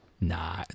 Nah